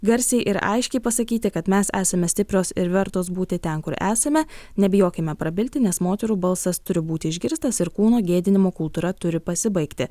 garsiai ir aiškiai pasakyti kad mes esame stiprios ir vertos būti ten kur esame nebijokime prabilti nes moterų balsas turi būti išgirstas ir kūno gėdinimo kultūra turi pasibaigti